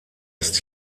ist